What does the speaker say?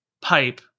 pipe